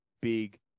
big